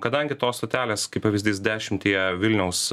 kadangi tos stotelės kaip pavyzdys dešimtyje vilniaus